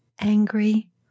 angry